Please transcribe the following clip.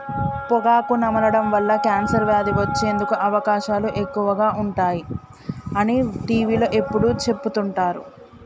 పొగాకు నమలడం వల్ల కాన్సర్ వ్యాధి వచ్చేందుకు అవకాశాలు ఎక్కువగా ఉంటాయి అని టీవీలో ఎప్పుడు చెపుతుంటారు